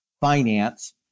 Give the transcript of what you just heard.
finance